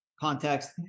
context